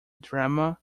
drama